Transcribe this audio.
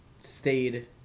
stayed